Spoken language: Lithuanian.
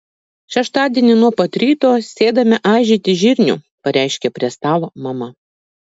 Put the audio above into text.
šeštadienį nuo pat ryto sėdame aižyti žirnių pareiškė prie stalo mama